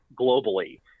globally